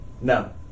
No